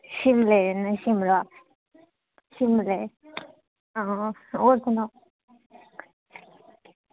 शिमलै जन्ने शिमला शिमले हां होर कु'न ऐ